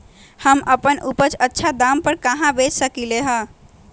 हम अपन उपज अच्छा दाम पर कहाँ बेच सकीले ह?